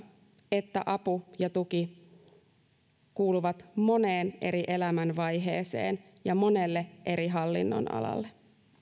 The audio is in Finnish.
että apu ja tuki kuuluvat moneen eri elämänvaiheeseen ja monelle eri hallinnonalalle